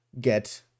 get